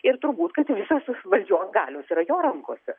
ir turbūt kad visos valdžios galios yra jo rankose